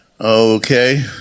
Okay